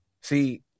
See